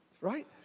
Right